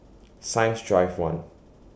Science Drive one